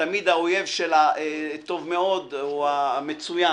ותמיד האויב של הטוב מאוד הוא המצוין